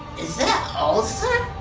is that all sir